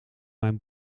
mijn